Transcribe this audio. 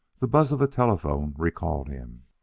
the buzz of a telephone recalled him.